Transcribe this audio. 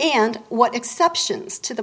and what exceptions to the